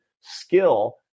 skill